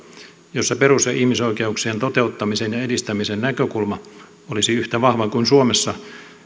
jossa perus ja ihmisoikeuksien toteuttamisen ja edistämisen näkökulma olisi yhtä vahva kuin suomessa